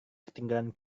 ketinggalan